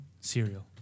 cereal